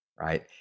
right